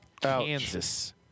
Kansas